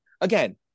again